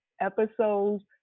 episodes